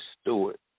Stewart